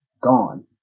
gone